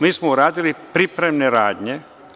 Mi smo uradili pripremne radnje.